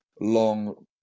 long